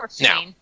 now